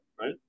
right